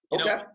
Okay